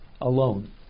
alone